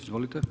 Izvolite.